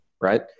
right